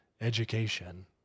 education